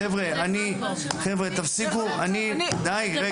חבר'ה, אני, חבר'ה, תפסיקו, די רגע.